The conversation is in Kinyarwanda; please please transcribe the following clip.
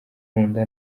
nkunda